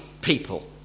people